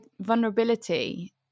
vulnerability